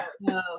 No